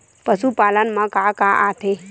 पशुपालन मा का का आथे?